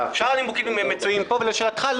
שאר הנימוקים נמצאים פה ולשאלתך,